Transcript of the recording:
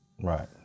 right